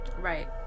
Right